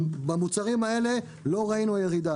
במוצרים האלה עדיין לא ראינו ירידה,